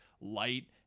light